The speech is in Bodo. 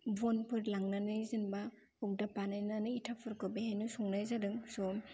बनफोर लांनानै जेनेबा अरदाब बानायनानै इथाफोरखौ बेहायनो संनाय जादों स'